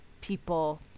people